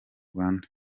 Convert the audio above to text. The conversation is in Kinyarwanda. rwanda